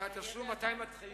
ומתי מתחיל